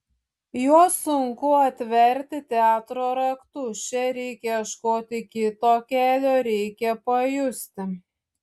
juos sunku atverti teatro raktu čia reikia ieškoti kito kelio reikia pajusti